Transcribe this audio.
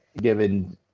Given